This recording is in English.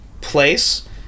place